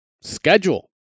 schedule